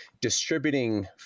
distributing